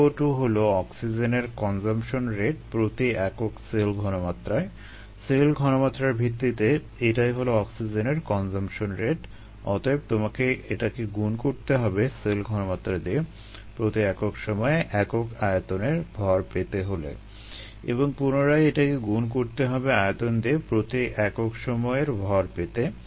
qO2 হলো অক্সিজেনের consumption rate প্রতি একক সেল ঘনমাত্রায় সেল ঘনমাত্রার ভিত্তিতে এটাই হলো অক্সিজেনের কনজাম্পশন রেট অতএব তোমাকে এটাকে গুণ করতে হবে সেল ঘনমাত্র্রা দিয়ে প্রতি একক সময়ে একক আয়তনের ভর পেতে হলে এবং পুনরায় এটাকে গুণ করতে হবে আয়তন দিয়ে প্রতি একক সময়ের ভর পেতে